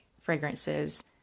fragrances